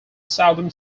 southern